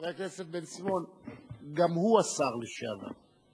חבר הכנסת בן-סימון, גם הוא השר לשעבר.